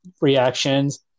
reactions